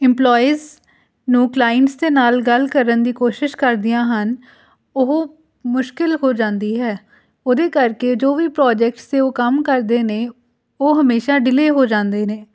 employees ਨੂੰ clients ਦੇ ਨਾਲ ਗੱਲ ਕਰਨ ਦੀ ਕੋਸ਼ਿਸ਼ ਕਰਦੀਆਂ ਹਨ ਉਹ ਮੁਸ਼ਕਿਲ ਹੋ ਜਾਂਦੀ ਹੈ ਉਹਦੇ ਕਰਕੇ ਜੋ ਵੀ ਪ੍ਰੋਜੈਕਟਸ 'ਤੇ ਉਹ ਕੰਮ ਕਰਦੇ ਨੇ ਉਹ ਹਮੇਸ਼ਾ ਡਿਲੇਅ ਹੋ ਜਾਂਦੇ ਨੇ